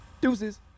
deuces